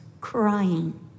crying